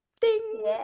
Ding